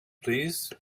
please